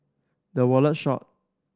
The Wallet Shop